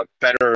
better